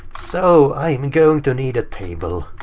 so i am going to need a table.